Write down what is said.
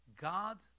God